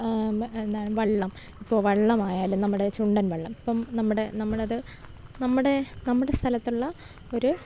എന്താണ് വള്ളം ഇപ്പോൾ വള്ളമായാലും നമ്മുടെ ചുണ്ടൻ വള്ളം ഇപ്പം നമ്മുടെ നമ്മളത് നമ്മുടെ നമ്മുടെ സ്ഥലത്തുള്ള ഒര്